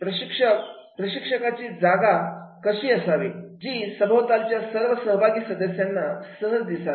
प्रशिक्षक प्रशिक्षकाची जागा अशी असावी की जी सभोवतालच्या सर्व सहभागी सदस्यांना सहज दिसावी